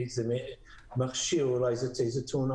לא תגבילו